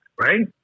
Right